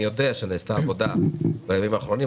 אני יודע שנעשתה עבודה בימים האחרונים,